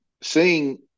seeing